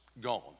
gone